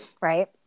right